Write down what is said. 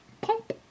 Pop